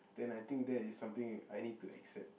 then I think that is something I need to accept